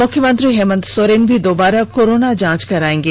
मुख्यमंत्री हेमन्त सोरेन भी दोबारा कोरोना जांच कराएंगे